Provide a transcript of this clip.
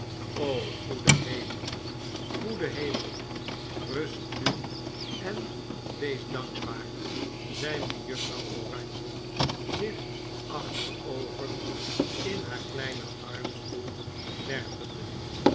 goede hemel goede hemel rust nuen wees dankbaar zei mejuffrouw oranje zich achterover in haar kleinen armstoel